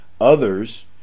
others